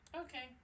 Okay